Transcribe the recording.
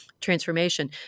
transformation